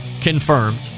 Confirmed